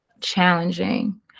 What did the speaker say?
challenging